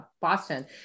Boston